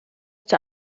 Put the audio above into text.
der